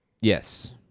Yes